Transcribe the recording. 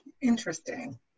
Interesting